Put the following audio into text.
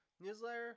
newsletter